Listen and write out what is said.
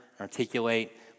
articulate